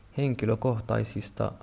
henkilökohtaisista